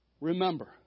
remember